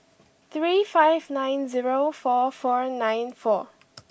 three five nine zero four four nine four